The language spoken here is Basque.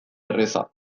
erraza